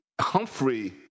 Humphrey